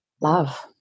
love